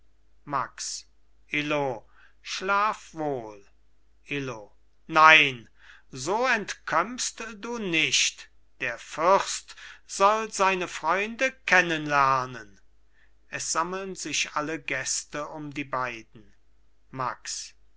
max illo schlaf wohl illo nein so entkömmst du nicht der fürst soll seine freunde kennenlernen es sammeln sich alle gäste um die beiden max